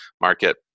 market